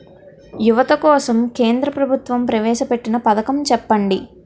యువత కోసం కేంద్ర ప్రభుత్వం ప్రవేశ పెట్టిన పథకం చెప్పండి?